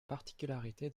particularité